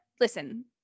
listen